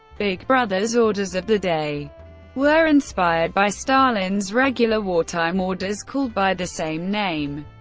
big brother's orders of the day were inspired by stalin's regular wartime orders, called by the same name.